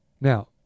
Now